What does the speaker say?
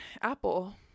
Apple